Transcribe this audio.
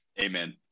Amen